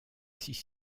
six